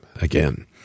Again